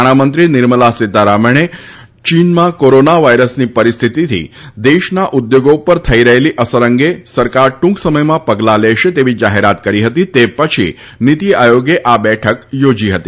નાણામંમંત્રી નિર્મલા સીતારામણે ચીનમાં કોરોના વાયરસની પરિસ્થિતિની દેશના ઉદ્યોગો ઉપર થઈ રહેલી અસર અંગે સરકાર ટુંક સમયમાં પગલાં લેશે તેવી જાહેરાત કરી હતી તે પછી નીતિ આયોગે આ બેઠક યોજી હતી